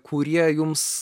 kurie jums